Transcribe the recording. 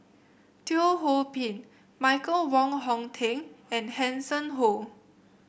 Teo Ho Pin Michael Wong Hong Teng and Hanson Ho